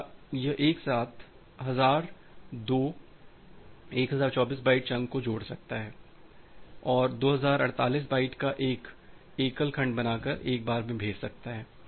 या यह एक साथ हजार दो 1024 बाइट चंक को जोड़ सकता है और 2048 बाइट का एक एकल खंड बनाकर एक बार में भेज सकता है